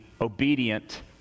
obedient